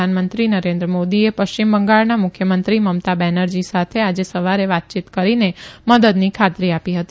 પ્રધાનમંત્રી નરેન્દ્ર મોદીએ પશ્ચિમ બંગાળના મુખ્યમંત્રી મમતા બેનરજી સાથે આજે સવારે વાતચીત કરીને મદદની ખાતરી આપી હતી